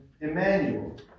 Emmanuel